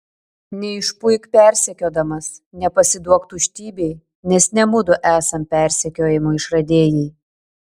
neišpuik persekiodamas nepasiduok tuštybei nes ne mudu esam persekiojimo išradėjai